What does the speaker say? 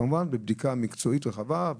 כמובן בבדיקה מקצועית רחבה,